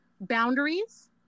boundaries